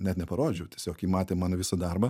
net neparodžiau tiesiog ji matė mano visą darbą